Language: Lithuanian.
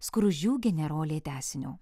skruzdžių generolė tęsinio